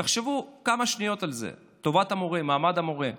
תחשבו כמה שניות על זה, טובת המורה, מעמד המורה.